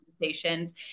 conversations